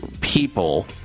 people